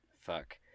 Fuck